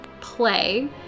play